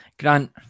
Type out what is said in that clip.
Grant